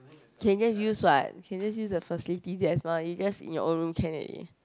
can just use what can just use the facility that is mah you just in your own room can already